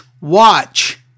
watch